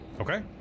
Okay